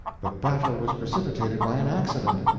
but battle was precipitated by an accident.